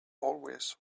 always